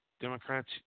Democrats